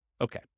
Okay